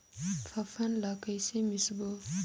फाफण ला कइसे मिसबो?